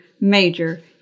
major